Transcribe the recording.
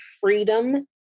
freedom